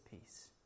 peace